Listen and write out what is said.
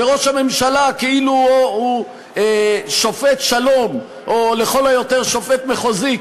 וראש הממשלה כאילו הוא שופט שלום או לכל היותר שופט מחוזי,